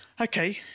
Okay